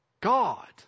God